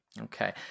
Okay